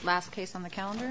last case on the calendar